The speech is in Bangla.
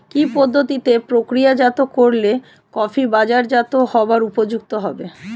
কি পদ্ধতিতে প্রক্রিয়াজাত করলে কফি বাজারজাত হবার উপযুক্ত হবে?